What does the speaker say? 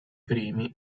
primi